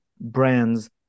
brands